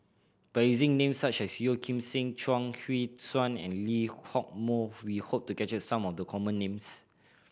by using name such as Yeo Kim Seng Chuang Hui Tsuan and Lee Hock Moh we hope to capture some of the common names